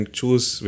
choose